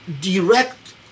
direct